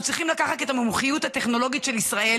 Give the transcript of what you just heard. אנחנו צריכים לקחת את המומחיות הטכנולוגית של ישראל